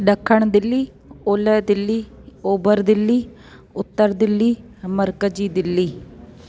ॾखिण दिल्ली ओलह दिल्ली ओभर दिल्ली उत्तर दिल्ली मर्कजी दिल्ली